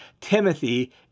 Timothy